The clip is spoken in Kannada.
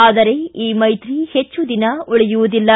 ಆದರೆ ಈ ಮೈತ್ರಿ ಹೆಚ್ಚು ದಿನ ಉಳಿಯುವುದಿಲ್ಲ